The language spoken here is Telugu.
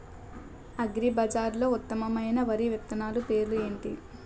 అగ్రిబజార్లో ఉత్తమమైన వరి విత్తనాలు పేర్లు ఏంటి?